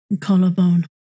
Collarbone